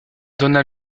dona